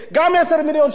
גם 10 מיליון שקלים,